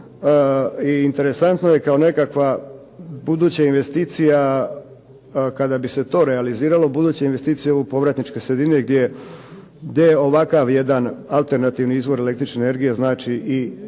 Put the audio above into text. i interesantno je kao nekakva buduća investicija kada bi se to realiziralo buduće investicije povratničke sredine gdje ovakav jedan alternativni izvor električne energije znači i investiranje,